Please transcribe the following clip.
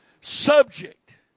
subject